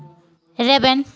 ᱨᱮᱵᱮᱱ